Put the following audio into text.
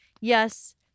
Yes